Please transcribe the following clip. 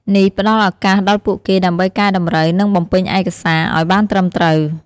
នេះផ្ដល់ឱកាសដល់ពួកគេដើម្បីកែតម្រូវ និងបំពេញឯកសារឱ្យបានត្រឹមត្រូវ។